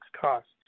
costs